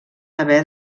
haver